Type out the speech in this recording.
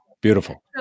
beautiful